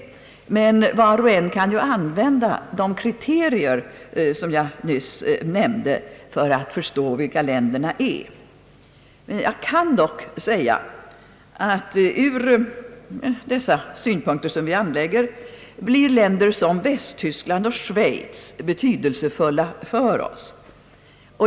Var och en kan dock använda de kriterier som jag nyss nämnde för att förstå vilka länderna är. Jag kan i alla fall säga att från de synpunkter som vi anlägger blir länder som Västtyskland och Schweiz betydelsefulla för oss.